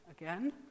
again